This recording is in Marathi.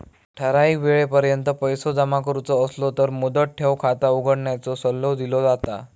ठराइक येळेपर्यंत पैसो जमा करुचो असलो तर मुदत ठेव खाता उघडण्याचो सल्लो दिलो जाता